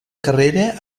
carrera